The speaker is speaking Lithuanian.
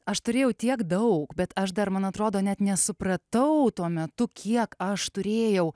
aš turėjau tiek daug bet aš dar man atrodo net nesupratau tuo metu kiek aš turėjau